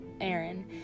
Aaron